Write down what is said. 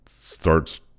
starts